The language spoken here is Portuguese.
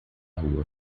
rua